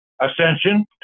ascension